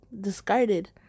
Discarded